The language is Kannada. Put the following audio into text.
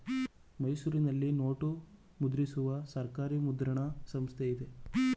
ಮೈಸೂರಿನಲ್ಲಿ ನೋಟು ಮುದ್ರಿಸುವ ಸರ್ಕಾರಿ ಮುದ್ರಣ ಸಂಸ್ಥೆ ಇದೆ